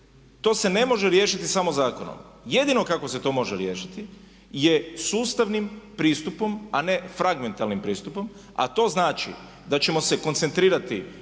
To se ne može riješiti samo zakonom. Jedino kako se to može riješiti je sustavnim pristupom, a ne fragmetalnim pristupom. A to znači da ćemo se koncentrirati